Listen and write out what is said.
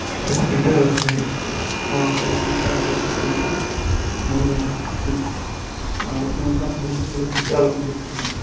పది కింటాలొస్తాయ్ ఆ పది కింటాల్లో ఒక కింటా మూడు వేల రూపాయలు ఆ విధంగా మూడొందల కింటాళ్లు పండించాం